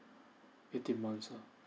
eighteen months lah